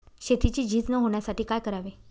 शेतीची झीज न होण्यासाठी काय करावे?